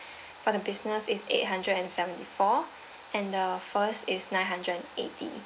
for the business is eight hundred and seventy four and the first is nine hundred and eighty